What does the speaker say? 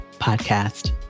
podcast